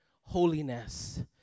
holiness